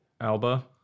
Alba